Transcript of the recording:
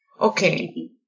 Okay